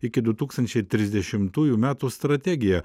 iki du tūkstančiai trisdešimtųjų metų strategiją